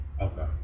Okay